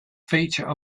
feature